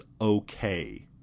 okay